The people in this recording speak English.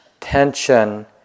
tension